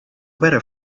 weather